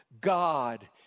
God